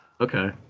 Okay